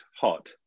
hot